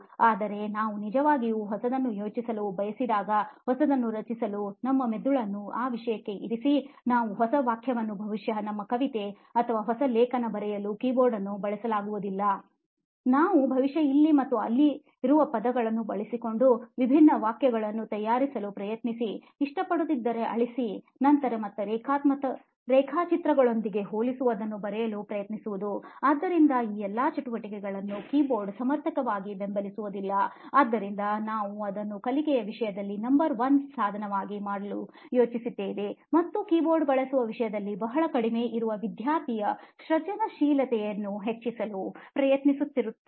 ಆದರೆ ನಾವು ನಿಜವಾಗಿಯೂ ಹೊಸದನ್ನು ಯೋಚಿಸಲು ಬಯಸಿದಾಗ ಹೊಸದನ್ನು ರಚಿಸಲು ನಮ್ಮ ಮೆದುಳನ್ನು ಆ ವಿಷಯಕ್ಕೆ ಇರಿಸಿ ನಾವು ಹೊಸ ವಾಕ್ಯವನ್ನು ಬಹುಶಃ ನಮ್ಮ ಕವಿತೆ ಅಥವಾ ಹೊಸ ಲೇಖನ ಬರೆಯಲು ಕೀಬೋರ್ಡ್ ಅನ್ನು ಬಳಸಲಾಗುವುದಿಲ್ಲ ನಾವು ಬಹುಶಃ ಇಲ್ಲಿ ಮತ್ತು ಅಲ್ಲಿರುವ ಪದಗಳನ್ನೂ ಬಳಿಸಿಕೊಂಡು ವಿಭಿನ್ನ ವಾಕ್ಯಗಳನ್ನು ತಯಾರಿಸಲು ಪ್ರಯತ್ನಿಸಿ ಇಷ್ಟಪಡದಿದ್ದರೆ ಅಳಿಸಿ ನಂತರ ಮತ್ತೆ ರೇಖಾಚಿತ್ರಗಳೊಂದಿಗೆ ಹೋಲುವದನ್ನು ಬರೆಯಲು ಪ್ರಯತ್ನಿಸುವುದು ಆದ್ದರಿಂದ ಈ ಎಲ್ಲಾ ಚಟುವಟಿಕೆಗಳನ್ನು ಕೀಬೋರ್ಡ್ ಸಮರ್ಥವಾಗಿ ಬೆಂಬಲಿಸುವುದಿಲ್ಲ ಆದ್ದರಿಂದ ನಾವು ಅದನ್ನು ಕಲಿಕೆಯ ವಿಷಯದಲ್ಲಿ ನಂಬರ್ 1 ಸಾಧನವಾಗಿ ಮಾಡಲು ಯೋಚಿಸುತ್ತಿದ್ದೇವೆ ಮತ್ತು ಕೀಬೋರ್ಡ್ ಬಳಸುವ ವಿಷಯದಲ್ಲಿ ಬಹಳ ಕಡಿಮೆ ಇರುವ ವಿದ್ಯಾರ್ಥಿಯ ಸೃಜನಶೀಲತೆಯನ್ನು ಹೆಚ್ಚಿಸಲು ಪ್ರಯತ್ನಿಸುತ್ತಿದ್ದೇವೆ